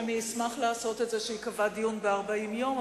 אני אשמח לעשות את זה כשייקבע דיון ב-40 חברי כנסת,